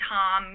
Tom